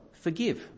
forgive